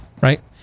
right